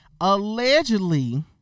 allegedly